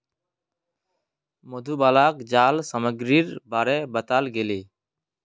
मछुवालाक जाल सामग्रीर बारे बताल गेले